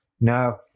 No